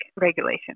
regulation